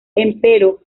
empero